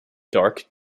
dark